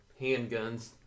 handguns